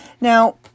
Now